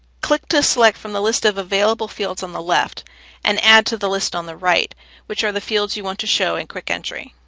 click to select from the list of available fields on the left and add to the list on the right which are the fields you want to show in quick entry.